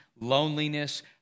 loneliness